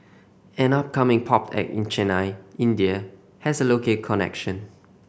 an upcoming pop act in Chennai India has a local connection